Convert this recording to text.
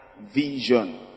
vision